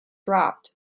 dropped